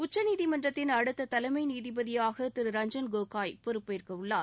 உச்சநீதிமன்றத்தின் அடுத்த தலைமை நீதிபதியாக திரு ரஞ்சன் கோகோய் பொறுப்பேற்கவுள்ளார்